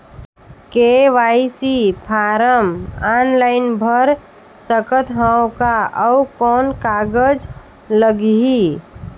KYC form online भर सकत हवं का? अउ कौन कागज लगही?